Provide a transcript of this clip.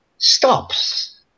Stops